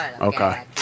Okay